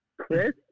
Chris